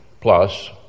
plus